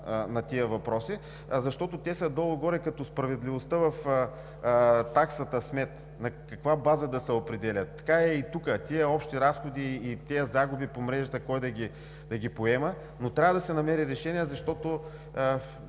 на тези въпроси, защото те са долу-горе като справедливостта в „таксата смет“, на каквато база се определя, така е и тук – тези общи разходи и тези загуби по мрежата кой да ги поема. Но трябва да се намери решение, защото